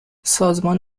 سازمان